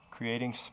creating